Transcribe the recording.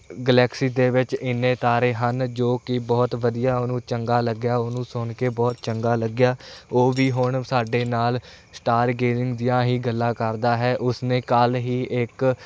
galaxy ਦੇ ਵਿੱਚ ਇੰਨੇ ਤਾਰੇ ਹਨ ਜੋ ਕਿ ਬਹੁਤ ਵਧੀਆ ਉਹਨੂੰ ਚੰਗਾ ਲੱਗਿਆ ਉਹਨੂੰ ਸੁਣ ਕੇ ਬਹੁਤ ਚੰਗਾ ਲੱਗਿਆ ਉਹ ਵੀ ਹੁਣ ਸਾਡੇ ਨਾਲ ਸਟਾਰਗੇਜਿੰਗ ਦੀਆਂ ਹੀ ਗੱਲਾਂ ਕਰਦਾ ਹੈ ਉਸਨੇ ਕੱਲ੍ਹ ਹੀ ਇੱਕ